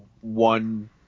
one